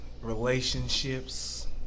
relationships